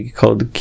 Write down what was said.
called